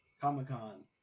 Comic-Con